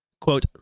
quote